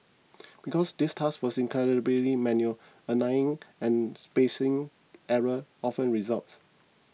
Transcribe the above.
because this task was incredibly manual align and spacing error often resulted